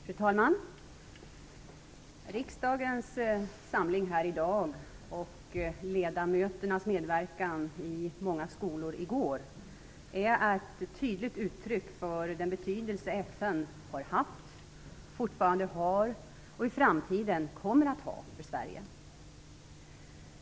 Fru talman! Riksdagens samling här i dag och ledamöternas medverkan i många skolor i går är ett tydligt uttryck för den betydelse FN har haft, fortfarande har och i framtiden kommer att ha för Sverige.